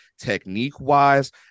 technique-wise